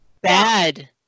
Bad